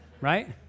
right